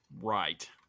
Right